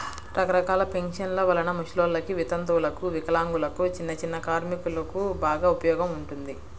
రకరకాల పెన్షన్ల వలన ముసలోల్లకి, వితంతువులకు, వికలాంగులకు, చిన్నచిన్న కార్మికులకు బాగా ఉపయోగం ఉంటుంది